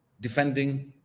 defending